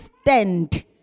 stand